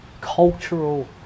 cultural